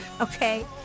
okay